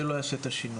זה לא יעשה את השינוי.